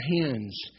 hands